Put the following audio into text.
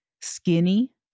skinny